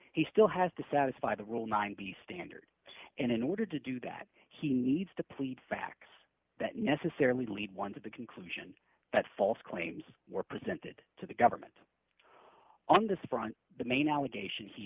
he still has to satisfy the rule ninety standard and in order to do that he needs to plead facts that necessarily lead one to the conclusion that false claims were presented to the government on this front the main allegation he